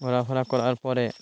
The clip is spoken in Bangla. ঘোরাফেরা করার পরে